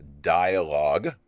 dialogue